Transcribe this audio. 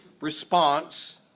response